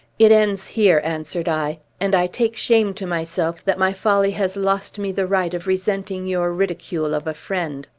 it ends here, answered i. and i take shame to myself that my folly has lost me the right of resenting your ridicule of a friend.